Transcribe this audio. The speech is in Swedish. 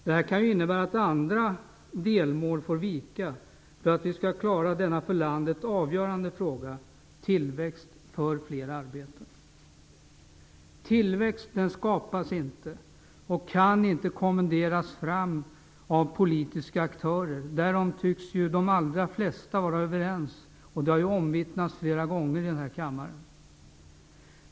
Det kan innebära att andra delmål får vika för att vi skall klara denna för landet avgörande fråga - Tillväxt skapas inte och kan inte kommenderas fram av politiska aktörer. Därom tycks de allra flesta vara överens, och det har omvittnats flera gånger i den här kammaren.